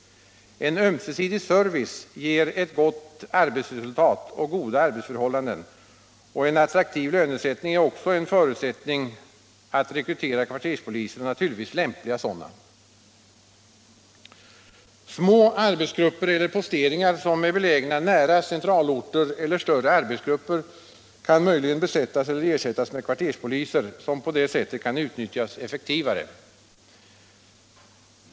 En ömsesidig service ger ett gott arbetsresultat och goda arbetsförhållanden. En attraktiv lönesättning är också en förutsättning för att rekrytera kvarterspoliser och naturligtvis lämpliga sådana. Små arbetsgrupper eller posteringar, som är belägna nära centralorter eller större arbetsgrupper, kan möjligen besättas eller ersättas med kvarterspoliser, som på detta sätt kan utnyttjas effektivare.